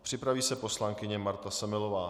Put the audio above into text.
Připraví se poslankyně Marta Semelová.